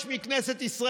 להזכירך, חבר הכנסת אלעזר